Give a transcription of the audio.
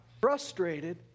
frustrated